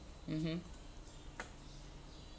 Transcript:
mmhmm